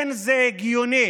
זה לא הגיוני